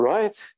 Right